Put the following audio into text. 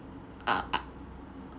err